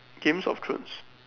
games of thrones